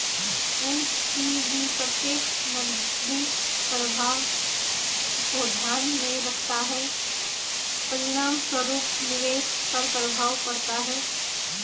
NPV प्रत्येक नकदी प्रवाह को ध्यान में रखता है, परिणामस्वरूप निवेश पर प्रभाव पड़ता है